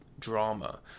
Drama